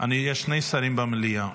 יש שני שרים במליאה,